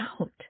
out